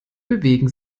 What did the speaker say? bewegen